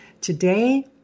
today